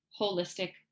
holistic